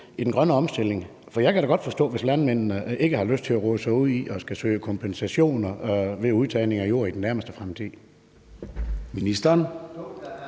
i den grønne omstilling? Jeg kan da godt forstå det, hvis landmændene ikke har lyst til at rode sig ud i at skulle søge kompensation ved udtagning af jord i den nærmeste fremtid.